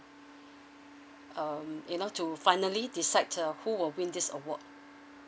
um you know to finally decide uh who will win this award